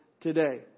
today